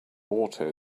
auto